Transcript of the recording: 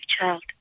child